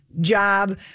job